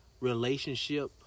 Relationship